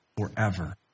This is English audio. forever